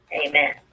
Amen